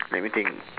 let me think ah